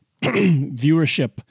viewership